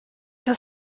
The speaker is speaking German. das